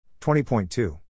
20.2